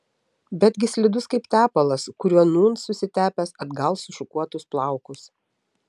betgi slidus kaip tepalas kuriuo nūn susitepęs atgal sušukuotus plaukus